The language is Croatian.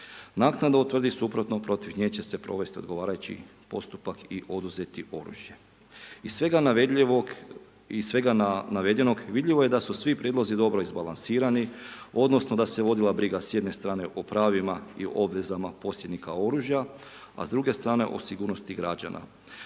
naknadno utvrdi suprotno protiv nje će se provesti odgovarajući postupak i oduzeti oružje. Iz svega navedenog vidljivo je da su svi prijedlozi dobro izbalansirani odnosno da se vodila briga s jedne strane o pravima i obvezama posjednika oružja, a s druge strane o sigurnosti građana.